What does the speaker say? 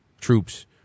troops